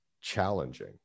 challenging